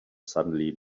suddenly